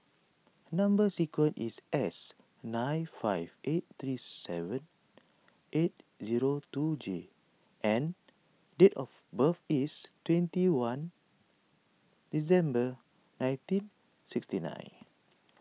Number Sequence is S nine five eight three seven eight zero two J and date of birth is twenty one December nineteen sixty nine